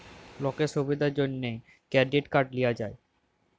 লকের ছুবিধার জ্যনহে কেরডিট লিয়া যায়